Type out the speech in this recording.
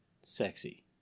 sexy